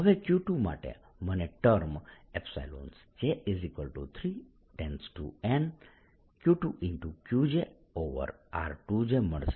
હવે Q2 માટે મને ટર્મ j3N Q2Q jr2 jમળશે